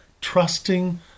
trusting